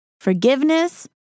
forgiveness